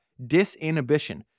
Disinhibition